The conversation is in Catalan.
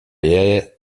iaia